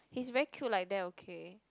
he's very cute like that okay